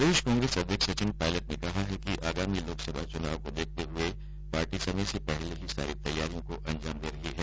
प्रदेश कांग्रेस अध्यक्ष सचिन पायलट ने कहा है कि आगामी लोकसभा चुनाव को देखते हए पार्टी समय से पहले ही सारी तैयारियों को अंजाम दे रही है